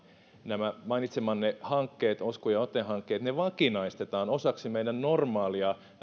nämä mainitsemanne hankkeet osku ja ote hankkeet vakinaistetaan osaksi meidän normaalia